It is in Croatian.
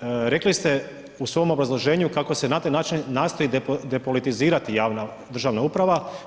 rekli ste u svom obrazloženju, kako se na taj način nastoji depolitizirati javna državna uprava.